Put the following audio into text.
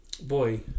boy